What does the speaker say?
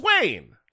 Wayne